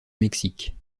mexique